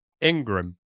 Ingram